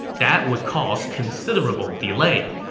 that would cause considerable delay.